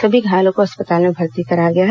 सभी घायलों को अस्पताल में भर्ती कराया गया है